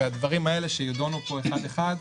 והדברים האלה שיידונו פה אחד-אחד,